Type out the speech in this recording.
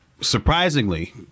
Surprisingly